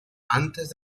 antes